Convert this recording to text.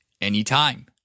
anytime